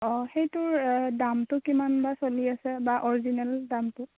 অ' সেইটোৰ দামটো কিমান বা চলি আছে বা অৰিজিনেল দামটো